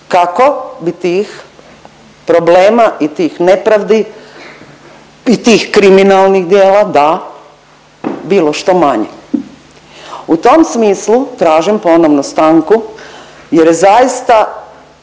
kako bi tih problema i tih nepravdi i tih kriminalnih djela da, bilo što manje. U tom smislu tražim ponovno stanku jer je zaista